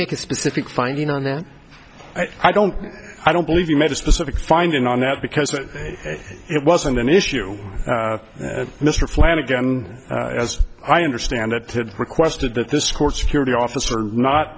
make a specific finding on that i don't i don't believe you made a specific finding on that because it wasn't an issue mr flanagan as i understand it to requested that this court security officer not